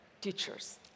teachers